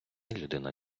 людина